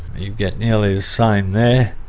you'd get nearly the same there.